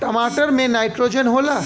टमाटर मे नाइट्रोजन होला?